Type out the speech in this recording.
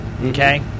okay